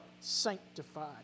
sanctified